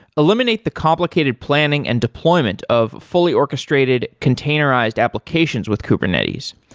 eliminate the complicated planning and deployment of fully orchestrated containerized applications with kubernetes.